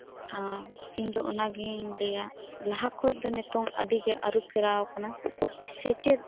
ᱤᱧ ᱫᱚ ᱚᱱᱟᱜᱤᱧ ᱞᱟᱹᱭᱟ ᱞᱟᱦᱟᱠᱷᱚᱡ ᱫᱚ ᱱᱤᱛᱚᱝ ᱟᱹᱰᱤᱜᱤ ᱟᱹᱨᱩᱯᱷᱮᱨᱟᱣ ᱟᱠᱟᱱᱟ ᱥᱮᱪᱮᱫ